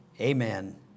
amen